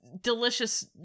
delicious